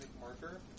marker